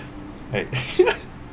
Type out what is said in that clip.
right